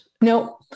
No